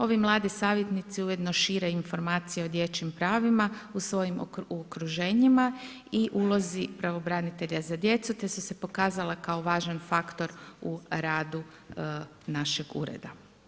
Ovi mladi savjetnici ujedno šire i informacije o dječjim pravima u svojim okruženjima i ulozi pravobranitelja za djecu te su se pokazalo kao važan faktor u radu našeg ureda.